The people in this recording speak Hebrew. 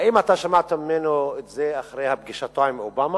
האם אתה שמעת ממנו את זה אחרי פגישתו עם אובמה?